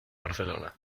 barcelona